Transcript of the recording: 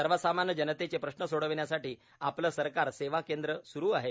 सर्वसामान्य जनतेचे प्रश्न सोडविण्यासाठी आपले सरकार सेवा केंद्र सुरू आहे